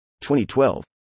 2012